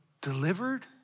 delivered